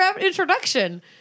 introduction